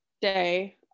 day